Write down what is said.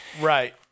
Right